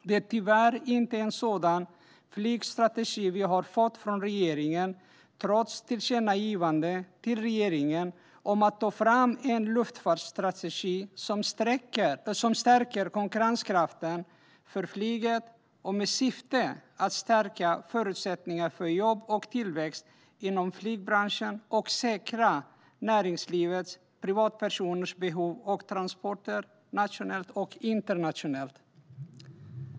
Det är tyvärr inte en sådan flygstrategi vi har fått från regeringen, trots tillkännagivande till regeringen om att ta fram en luftfartstrategi som stärker konkurrenskraften för flyget i syfte att stärka förutsättningarna för jobb och tillväxt inom flygbranschen och säkra näringslivets och privatpersoners behov av transporter nationellt och internationellt.